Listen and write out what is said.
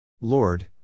Lord